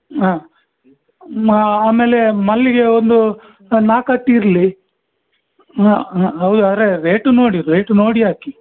ಹಾಂ ಮಾ ಆಮೇಲೆ ಮಲ್ಲಿಗೆ ಒಂದು ನಾಲ್ಕು ಅಟ್ಟಿ ಇರಲಿ ಹಾಂ ಹಾಂ ಹೌದು ಅರೇ ರೇಟು ನೋಡಿ ರೇಟು ನೋಡಿ ಹಾಕಿ